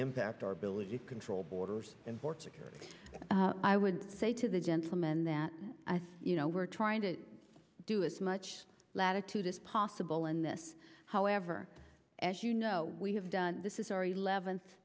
impact our ability to control borders and port security i would say to the gentleman that you know we're trying to do it latitude is possible in this however as you know we have done this is our eleventh